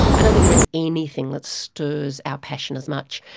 i don't think there is anything that stirs our passion as much,